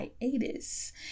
hiatus